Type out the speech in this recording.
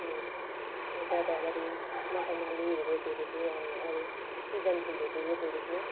गोदावरी मखमलीहरू रोपेको छु अनि अरू सिजन फुलहरू रोपेको छु